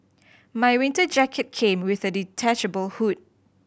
my winter jacket came with a detachable hood